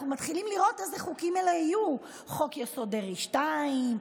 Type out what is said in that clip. אנחנו מתחילים לראות אילו חוקים אלה יהיו: חוק-יסוד: דרעי 2,